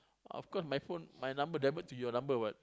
of course my phone my number divert to your number what